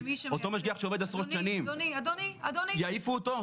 אותו משגיח שעובד עשרות שנים - יעיפו אותו תאגיד חדש?